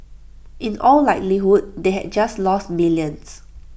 in all likelihood they had just lost millions